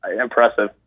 impressive